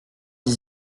dix